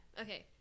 Okay